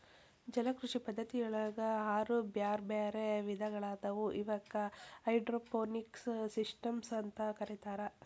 ಜಲಕೃಷಿ ಪದ್ಧತಿಯೊಳಗ ಆರು ಬ್ಯಾರ್ಬ್ಯಾರೇ ವಿಧಗಳಾದವು ಇವಕ್ಕ ಹೈಡ್ರೋಪೋನಿಕ್ಸ್ ಸಿಸ್ಟಮ್ಸ್ ಅಂತ ಕರೇತಾರ